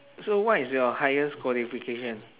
so what is your highest qualification